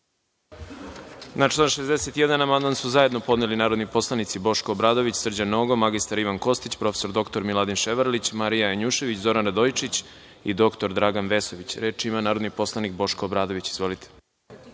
Na član 61. amandman su zajedno podneli narodni poslanici Boško Obradović, Srđan Nogo, mr Ivan Kostić, prof. dr Miladin Ševrlić, Marija Janjušević, Zoran Radojčić i dr Dragan Vesović. Reč ima narodni poslanik Boško Obradović. Izvolite.